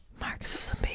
Marxism